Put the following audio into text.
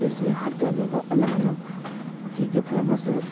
जैसे हर जगह का अलग अलग चीज़ें फ़ेमस है